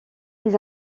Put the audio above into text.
les